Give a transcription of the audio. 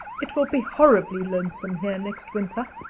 it will be horribly lonesome here next winter,